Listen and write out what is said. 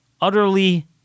Utterly